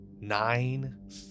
nine